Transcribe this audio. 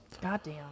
Goddamn